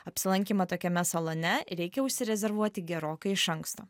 apsilankymą tokiame salone reikia užsirezervuoti gerokai iš anksto